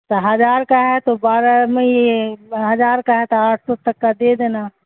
تو ہزار کا ہے تو بارہ میں یہ ہزار کا ہے تو آٹھ سو تک کا دے دینا